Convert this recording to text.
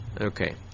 okay